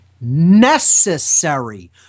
necessary